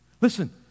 Listen